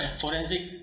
forensic